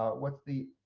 ah what's the